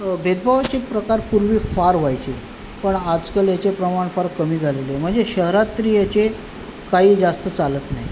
भेदभावाचे प्रकार पूर्वी फार व्हायचे पण आजकाल याचे प्रमाण फार कमी झालेले म्हणजे शहरात तरी याचे काही जास्त चालत नाही